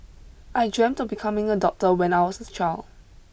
I dreamt of becoming a doctor when I was a child